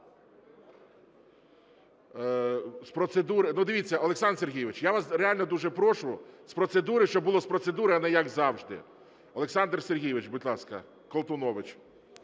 дивіться, Олександр Сергійович, я вас реально дуже прошу, з процедури, щоб було з процедури, а не як завжди. Олександр Сергійович, будь ласка, Колтунович.